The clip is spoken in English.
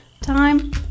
time